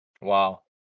Wow